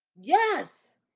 Yes